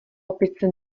opice